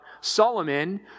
Solomon